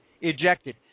ejected